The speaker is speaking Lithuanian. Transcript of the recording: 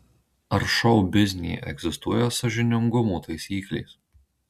ar šou biznyje egzistuoja sąžiningumo taisyklės